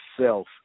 self